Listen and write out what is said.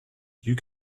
you